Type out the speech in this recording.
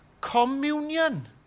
communion